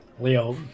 Leo